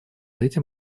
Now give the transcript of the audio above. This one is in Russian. этим